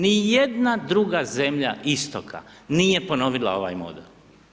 Ni jedna druga zemlja istoka nije ponovila ovaj model.